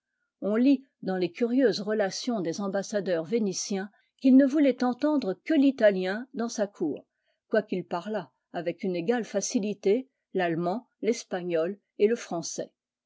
on lit dans les curieuses relations des ambassadeurs vénitiens qu'il ne voulait entendre que l'italien dans sa cour quoiqu'il parlât avec une égale facilité l'allemand l'espagnol et le français